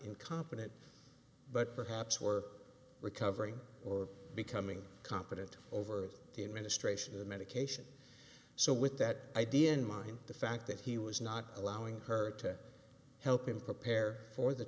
incompetent but perhaps were recovering or becoming competent over the administration of the medication so with that idea in mind the fact that he was not allowing her to help him prepare for the